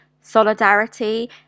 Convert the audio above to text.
solidarity